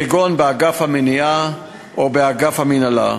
כגון באגף המניעה או באגף המינהלה.